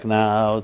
now